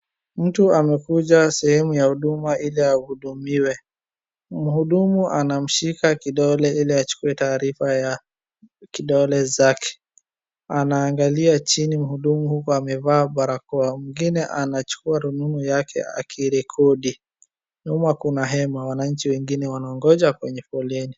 Mtu amekuja sehemu ya huduma ili ahudumiwe mhudumu anamshika kidole ili achukue taarifa ya kidole zake. Anaangalia chini mhudumu huku amevaa barakoa. Mwingine amechukua rununu yake akirekodi. Nyuma kuna hema. Wananchi wengine wanangoja kwenye foleni.